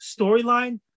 storyline